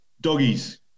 Doggies